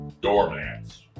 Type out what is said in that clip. doormats